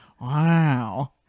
wow